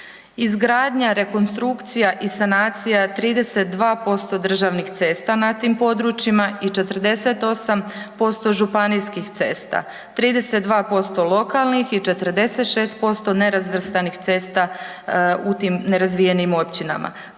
Izgradnja, rekonstrukcija i sanacija 32% državnih cesta na tim područjima i 48% županijskih cesta, 32% lokalnih i 46% nerazvrstanih cesta u tim nerazvijenim općinama.